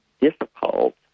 difficult